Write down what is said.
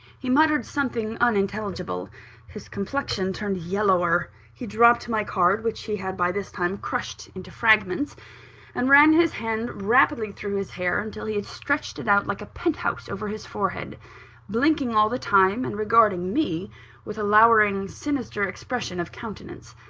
he muttered something unintelligible his complexion turned yellower he dropped my card, which he had by this time crushed into fragments and ran his hand rapidly through his hair until he had stretched it out like a penthouse over his forehead blinking all the time, and regarding me with a lowering, sinister expression of countenance.